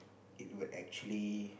it would actually